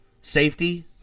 Safety